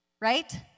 Right